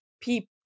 people